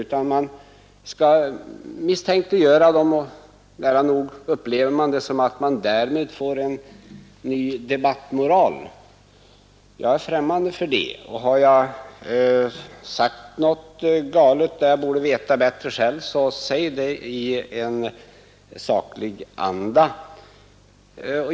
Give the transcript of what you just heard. Frågeställarens avsikter misstänkliggörs, och man upplever det nästan så att vi har fått en ny debattmoral. Jag är främmande för det. Om jag har sagt något galet, när jag borde veta bättre, så säg det i en saklig anda!